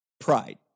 pride